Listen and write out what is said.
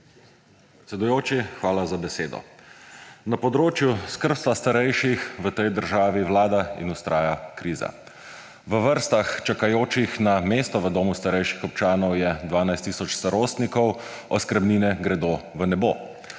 Predsedujoči, hvala za besedo. Na področju skrbstva starejših v tej državi vlada in vztraja kriza. V vrstah čakajočih na mesto v domu starejših občanov je 12 tisoč starostnikov, oskrbnine gredo v nebo.